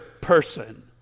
person